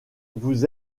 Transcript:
vous